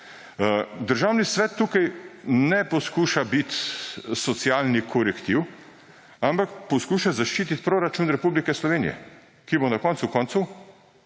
Državni svet tukaj ne poskuša biti socialni korektiv, ampak poskuša zaščititi proračun Republike Slovenije, ki bo na koncu koncev